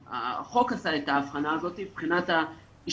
החוק עשה את ההבחנה הזאת מבחינת ההשתתפות.